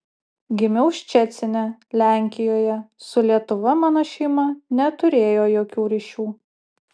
gimiau ščecine lenkijoje su lietuva mano šeima neturėjo jokių ryšių